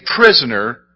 prisoner